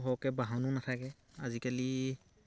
সৰহকৈ বাহনো নাথাকে আজিকালি